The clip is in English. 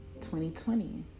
2020